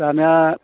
दानिया